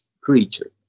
creature